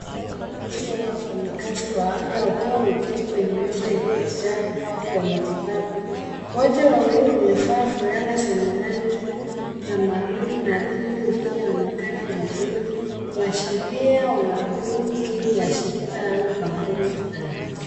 Upande wa wauguziwa wafanyikazi wa afya wakiwa wameketi kwenye meza iliyojaa vifaa vya matibabu. Wote wawil wamevaa fulana zenye rangi ya maroon na nembo isiyoonekana vizuri kuashiria wanahudumu chini ya shirika au kampuni fulani.